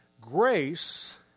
grace